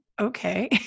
okay